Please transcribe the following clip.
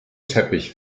teppich